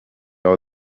out